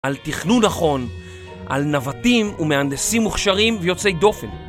על תכנון נכון, על נווטים ומהנדסים מוכשרים ויוצאי דופן